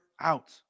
out